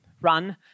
run